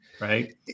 right